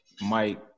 Mike –